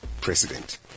president